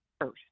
first